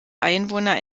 einwohner